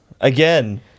Again